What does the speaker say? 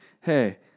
hey